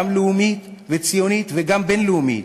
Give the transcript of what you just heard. גם לאומית וציונית וגם בין-לאומית,